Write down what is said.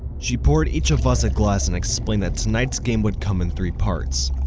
she poured each of us a glass and explained that tonight's game would come in three parts.